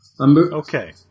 Okay